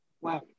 Wow